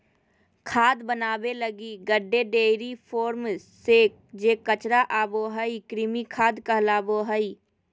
खाद बनाबे लगी गड्डे, डेयरी फार्म से जे कचरा आबो हइ, कृमि खाद कहलाबो हइ